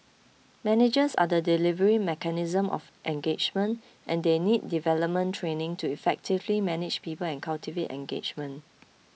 managers are the delivery mechanism of engagement and they need development training to effectively manage people and cultivate engagement